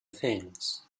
things